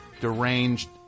deranged